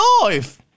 life